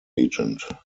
agent